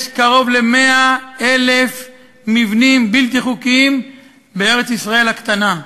יש קרוב ל-100,000 מבנים בלתי חוקיים בארץ-ישראל הקטנה,